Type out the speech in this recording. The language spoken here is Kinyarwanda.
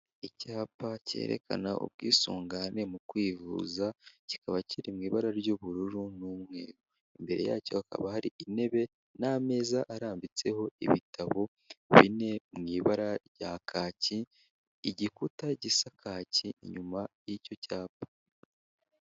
Icyapa cyerekana ubwisungane mu kwivuza kikaba kiri mu ibara ry'ubururu n'umweru, imbere yacyo hakaba hari intebe n'ameza arambitseho ibitabo bine mu ibara rya kaki igikuta gisa kake inyuma y'icyo cyapa.